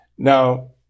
Now